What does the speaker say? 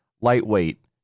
Lightweight